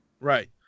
Right